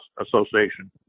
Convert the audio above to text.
Association